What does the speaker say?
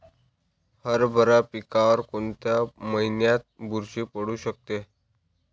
हरभरा पिकावर कोणत्या महिन्यात बुरशी पडू शकते?